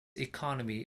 economy